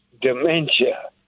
dementia